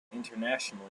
internationally